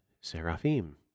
seraphim